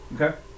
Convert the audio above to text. Okay